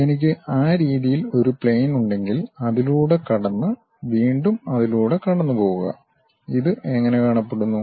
എനിക്ക് ആ രീതിയിൽ ഒരു പ്ലെയിൻ ഉണ്ടെങ്കിൽ അതിലൂടെ കടന്ന് വീണ്ടും അതിലൂടെ കടന്നുപോകുക ഇത് എങ്ങനെ കാണപ്പെടുന്നു